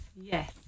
Yes